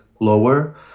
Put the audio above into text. lower